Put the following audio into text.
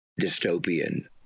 dystopian